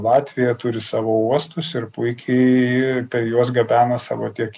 latvija turi savo uostus ir puikiai per juos gabena savo tiek